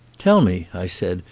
tell me, i said,